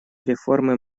реформы